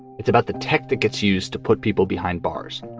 it's about the tactic. it's used to put people behind bars.